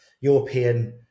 European